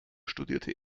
studierte